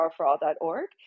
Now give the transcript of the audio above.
powerforall.org